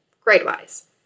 grade-wise